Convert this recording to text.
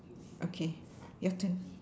okay your turn